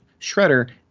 Shredder